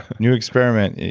new experiment.